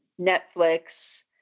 Netflix